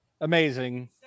Amazing